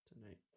tonight